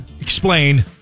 Explain